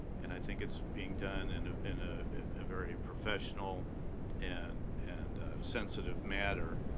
and i think it's being done in ah in a very professional and and sensitive matter.